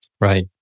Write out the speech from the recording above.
Right